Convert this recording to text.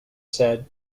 said